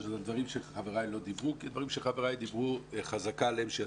דברים שחבריי לא דיברו כי הדברים שחבריי דיברו,